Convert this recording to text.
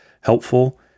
helpful